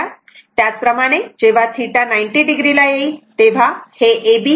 त्याच प्रमाणे जेव्हा θ 90o ला येईल तेव्हा AB m असेल